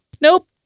Nope